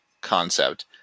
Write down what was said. concept